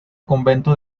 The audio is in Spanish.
convento